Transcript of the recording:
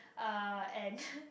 uh and